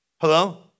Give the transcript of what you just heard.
hello